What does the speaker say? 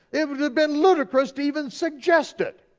it would've been ludicrous to even suggest it.